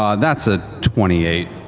um that's a twenty eight.